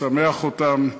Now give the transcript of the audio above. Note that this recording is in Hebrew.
לשמח אותם,